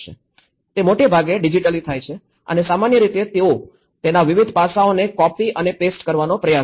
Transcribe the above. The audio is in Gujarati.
તે મોટે ભાગે ડિજિટલી થાય છે અને સામાન્ય રીતે તેઓ તેના વિવિધ પાસાઓને કોપિ અને પેસ્ટ કરવાનો પ્રયાસ કરે છે